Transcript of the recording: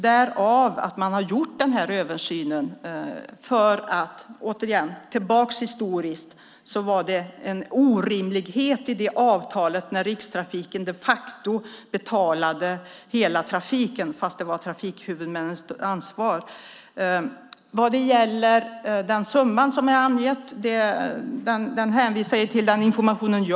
Därför har man gjort den här översynen. Det var en orimlighet i avtalet när Rikstrafiken betalade hela trafiken fast det var trafikhuvudmännens ansvar. Jag hänvisar till den information jag har fått när det gäller den summa jag har angett.